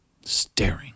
Staring